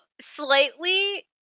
slightly